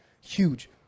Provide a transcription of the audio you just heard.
Huge